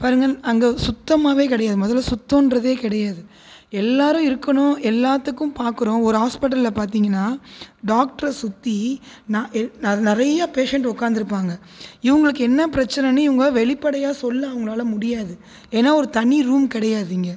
பாருங்கள் அங்கே சுத்தமாகவே கிடையாது முதல்ல சுத்தன்றதே கிடையாது எல்லோரும் இருக்கணும் எல்லாத்துக்கும் பார்க்குறோம் ஒரு ஹாஸ்பிடலில் பார்த்தீங்கனா டாக்டரை சுற்றி ந எ நிறைய பேஷண்ட் உட்காந்துருப்பாங்க இவங்களுக்கு என்ன பிரச்சினனு இவங்க வெளிப்படையாக சொல்ல அவங்களால முடியாது ஏன்னால் ஒரு தனி ரூம் கிடையாது இங்கே